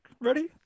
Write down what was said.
ready